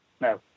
No